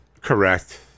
Correct